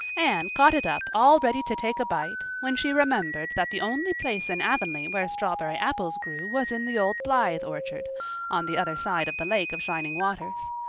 anne caught it up all ready to take a bite when she remembered that the only place in avonlea where strawberry apples grew was in the old blythe orchard on the other side of the lake of shining waters.